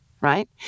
right